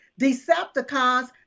Decepticons